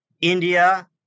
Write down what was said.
India